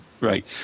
Right